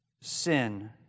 sin